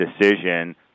decision